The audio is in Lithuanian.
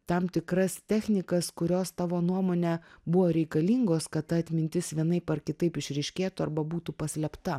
tam tikras technikas kurios tavo nuomone buvo reikalingos kad ta atmintis vienaip ar kitaip išryškėtų arba būtų paslėpta